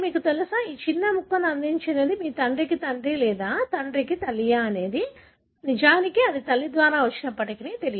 అంటే మీకు తెలుసాఆ చిన్న ముక్కను అందించినది మీ తండ్రికి తండ్రి లేదా మీ తండ్రి తల్లియా అని కానీ నిజానికి అది తల్లి ద్వారా వచ్చినప్పటికినీ